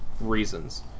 reasons